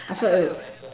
I felt it would